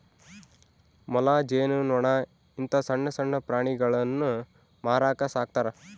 ಮೊಲ, ಜೇನು ನೊಣ ಇಂತ ಸಣ್ಣಣ್ಣ ಪ್ರಾಣಿಗುಳ್ನ ಮಾರಕ ಸಾಕ್ತರಾ